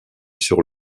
sur